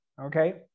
okay